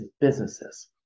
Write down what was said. businesses